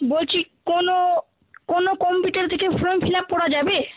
বলছি কোনো কোনো কম্পিউটার থেকে ফর্ম ফিলআপ করা যাবে